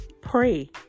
pray